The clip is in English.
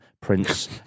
Prince